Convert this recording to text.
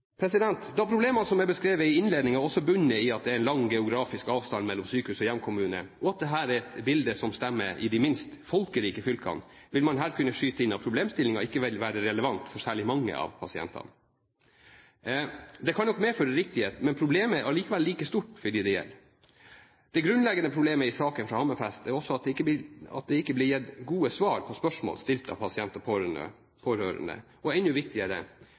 Da problemene som er beskrevet i innledningen, også bunner i at det er lang geografisk avstand mellom sykehus og hjemkommune, og at dette er et bilde som stemmer i de minst folkerike fylkene, vil man kunne skyte inn at problemstillingen ikke vil være relevant for særlig mange av pasientene. Dette kan nok medføre riktighet, men problemet er likevel like stort for dem det gjelder. Det grunnleggende problemet i saken fra Hammerfest er også at det ikke ble gitt gode svar på spørsmål stilt av pasient og pårørende, og enda viktigere: